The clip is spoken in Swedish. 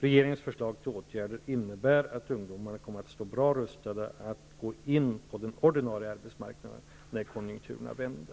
Regeringens förslag till åtgärder innebär att ungdomarna kommer att stå bra rustade att gå in på den ordinarie arbetsmarknaden när konjunkturerna vänder.